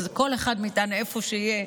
כל אחד מאיתנו, איפה שיהיה,